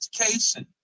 education